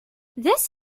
this